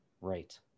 Right